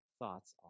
thoughts